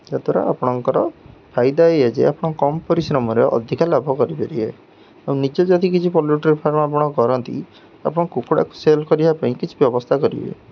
ଯଦ୍ଵାରା ଆପଣଙ୍କର ଫାଇଦା ଇଏ ଯେ ଆପଣ କମ୍ ପରିଶ୍ରମରେ ଅଧିକା ଲାଭ କରିପାରିବେ ଆଉ ନିଜେ ଯଦି କିଛି ପୋଲୁଟ୍ରି ଫାର୍ମ ଆପଣ କରନ୍ତି ଆପଣ କୁକୁଡ଼ାକୁ ସେଲ୍ କରିବା ପାଇଁ କିଛି ବ୍ୟବସ୍ଥା କରିବେ